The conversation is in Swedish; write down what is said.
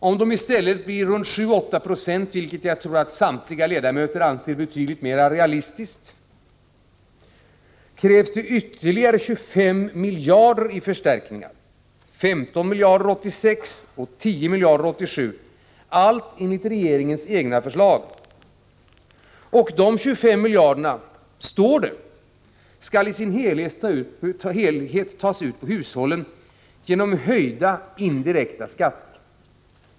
Om de i stället stannar vid 7-8 96, vilket jag tror att samtliga ledamöter anser vara betydligt mera realistiskt, krävs det ytterligare 25 miljarder i förstärkningar — 15 miljarder år 1986 och 10 miljarder år 1987. Allt detta framgår av regeringens egna förslag. De 25 miljarderna — står det att läsa — skall i sin helhet tas ut på hushållen genom höjda indirekta skatter.